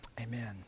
Amen